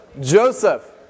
Joseph